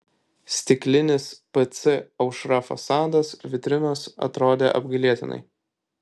stiklinis pc aušra fasadas vitrinos atrodė apgailėtinai